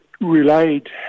relayed